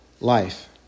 life